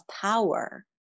power